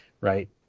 right